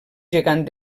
gegant